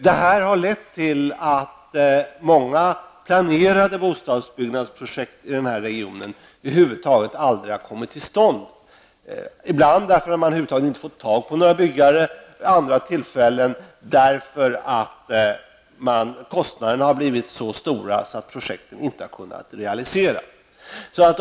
Det har medfört att många planerade bostadsbyggnadsprojekt i regionen över huvud taget aldrig har kommit till stånd, ibland därför att man inte fått tag på några byggare, vid andra tillfällen därför att kostnaderna har blivit så höga att projekten inte kunnat realiseras.